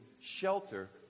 shelter